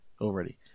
Already